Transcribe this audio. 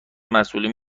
مسئولین